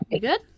Good